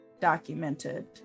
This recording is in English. documented